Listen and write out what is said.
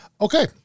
Okay